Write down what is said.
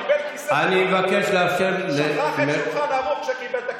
קיבל כיסא, שכח את שולחן ערוך כשקיבל את הכיסא.